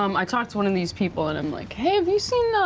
um i talk to one of these people and i'm like hey, have you seen,